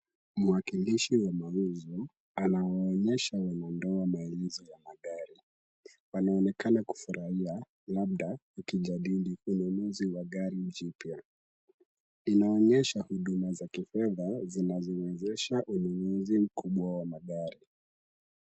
Mwakilishi wa mauzo anawaonyesha wenye ndoa maelezo ya magari. Wanaonekana kufurahia labda wakijadili ununuzi wa gari jipya. Inaonyesha huduma za kifedha zinazowezesha ununuzi mkubwa wa magari.